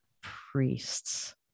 priests